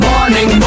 Morning